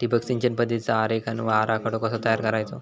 ठिबक सिंचन पद्धतीचा आरेखन व आराखडो कसो तयार करायचो?